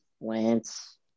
Lance